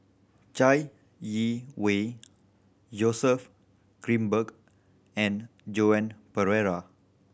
Chai Yee Wei Joseph Grimberg and Joan Pereira